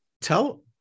tell